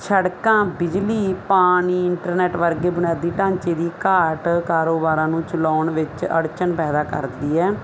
ਸੜਕਾਂ ਬਿਜਲੀ ਪਾਣੀ ਇੰਟਰਨੈਟ ਵਰਗੇ ਬੁਨਿਆਦੀ ਢਾਂਚੇ ਦੀ ਘਾਟ ਕਾਰੋਬਾਰਾਂ ਨੂੰ ਚਲਾਉਣ ਵਿੱਚ ਅੜਚਨ ਪੈਦਾ ਕਰਦੀ ਹੈ